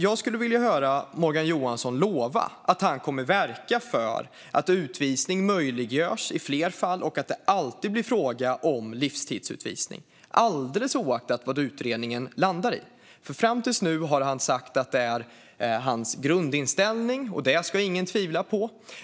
Jag skulle vilja höra Morgan Johansson lova att han kommer att verka för att utvisning möjliggörs i fler fall och att det alltid blir fråga om livstidsutvisning, alldeles oavsett vad utredningen landar i. Fram till nu har han sagt att det är hans grundinställning, och det ska ingen tvivla på.